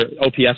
OPS